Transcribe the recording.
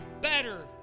better